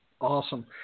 Awesome